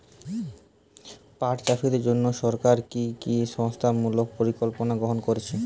পাট চাষীদের জন্য সরকার কি কি সহায়তামূলক পরিকল্পনা গ্রহণ করেছে?